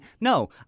no